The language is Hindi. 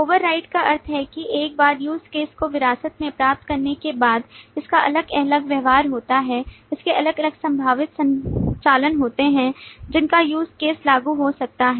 ओवरराइड का अर्थ है कि एक बार use case को विरासत में प्राप्त करने के बाद इसका अलग अलग व्यवहार होता है इसके अलग अलग संभावित संचालन होते हैं जिनका use case लागू हो सकता है